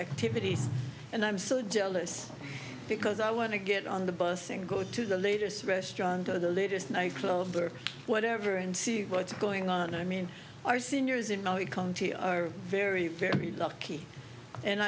activities and i'm so jealous because i want to get on the bus and go to the latest restaurant or the latest nightclub or whatever and see what's going on i mean our seniors in our country are very very lucky and